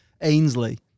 Ainsley